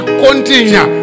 continue